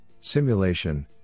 simulation